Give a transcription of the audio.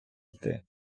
йти